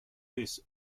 this